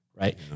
Right